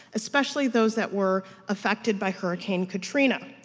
especially those that were affected by hurricane katrina.